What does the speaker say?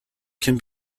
can